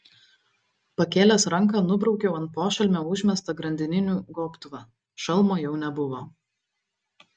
pakėlęs ranką nubraukiau ant pošalmio užmestą grandininių gobtuvą šalmo jau nebuvo